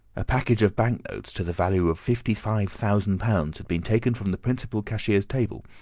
a package of banknotes, to the value of fifty-five thousand pounds, had been taken from the principal cashier's table,